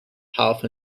half